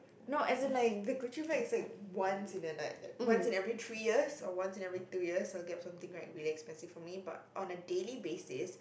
no as in like the Gucci bag is like once in a like once in every three years or once in every two years I would get something like really expensive for me but on a daily basis